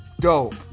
dope